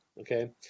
okay